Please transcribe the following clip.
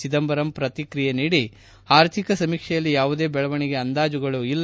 ಚಿದಂಬರಂ ಪ್ರತಿಕ್ರಿಯೆ ನೀಡಿ ಆರ್ಥಿಕ ಸಮೀಕ್ಷೆಯಲ್ಲಿ ಯಾವುದೇ ಬೆಳವಣಿಗೆ ಅಂದಾಜುಗಳು ಇಲ್ಲ